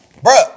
bruh